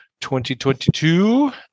2022